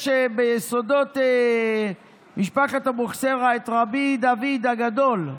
יש ביסודות משפחת אבוחצירא את רבי דוד הגדול,